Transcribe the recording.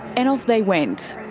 and off they went.